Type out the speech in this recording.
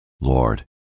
Lord